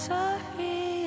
Sorry